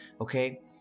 okay